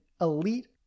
elite